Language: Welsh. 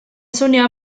swnio